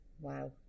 Wow